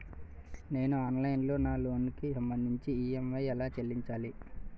నేను ఆన్లైన్ లో నా లోన్ కి సంభందించి ఈ.ఎం.ఐ ఎలా చెల్లించాలి?